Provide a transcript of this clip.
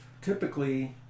Typically